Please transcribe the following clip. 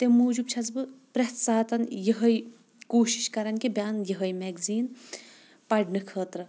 تمہِ موٗجوب چھس بہٕ پرٮ۪تھ ساتہٕ یِہے کوٗشش کران کہِ بہٕ انہٕ یِہے میٚگزیٖن پرنہٕ خٲطرٕ